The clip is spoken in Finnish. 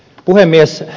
puhemies